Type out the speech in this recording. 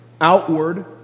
outward